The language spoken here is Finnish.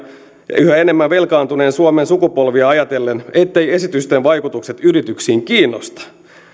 ja yhä enemmän velkaantuneen suomen sukupolvia ajatellen etteivät esitysten vaikutukset yrityksiin kiinnosta